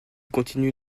continue